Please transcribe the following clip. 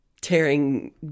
tearing